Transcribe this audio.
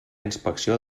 inspecció